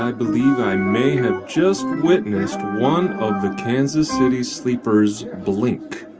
ah believe i may have just witnessed one of the kansas city sleepers blink.